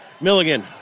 Milligan